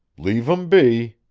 leave em be!